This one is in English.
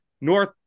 North